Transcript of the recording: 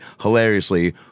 hilariously